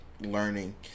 learning